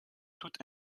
toute